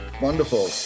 wonderful